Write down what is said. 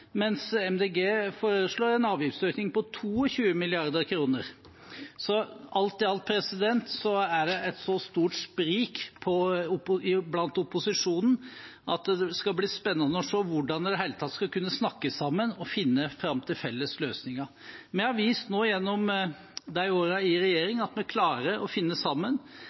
mens Miljøpartiet De Grønne foreslår en avgiftsøkning på 22 mrd. kr. Alt i alt er det et så stort sprik i opposisjonen at det skal bli spennende å se hvordan de i det hele tatt skal kunne snakke sammen og finne fram til felles løsninger. Vi har vist gjennom årene i regjering at vi klarer å finne sammen.